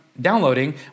Downloading